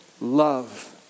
love